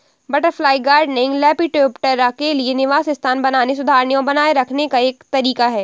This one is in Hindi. बटरफ्लाई गार्डनिंग, लेपिडोप्टेरा के लिए निवास स्थान बनाने, सुधारने और बनाए रखने का एक तरीका है